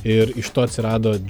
ir iš to atsirado